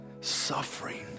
suffering